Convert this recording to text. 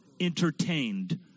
entertained